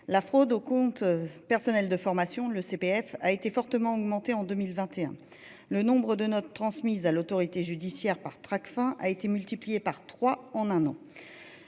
La fraude au compte personnel de formation. Le CPF a été fortement augmenté en 2021, le nombre de note transmise à l'autorité judiciaire par Tracfin a été multiplié par 3 en un an.